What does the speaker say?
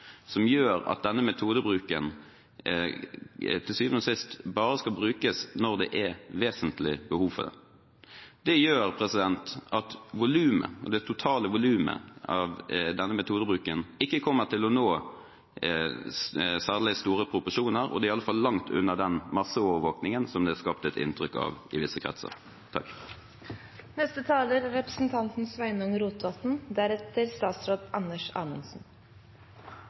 som gjør at denne metodebruken til syvende og sist bare skal brukes når det er vesentlig behov for det. Det gjør at det totale volumet av denne metodebruken ikke kommer til å nå særlig store proporsjoner, og det er i alle fall langt unna den masseovervåkingen det er skapt et inntrykk av i visse kretser. Eg trur nok at det ordet ein har brukt mest i denne debatten – ved sida av terrorisme – er